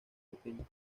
pequeños